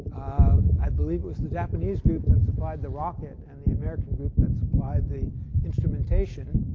um i believe it was the japanese group that supplied the rocket and the american group that supplied the instrumentation.